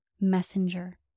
messenger